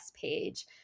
page